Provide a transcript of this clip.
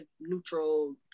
neutral